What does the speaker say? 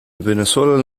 venezuelan